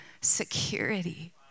security